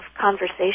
conversation